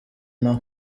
nawo